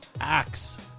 Axe